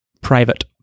private